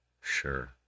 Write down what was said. Sure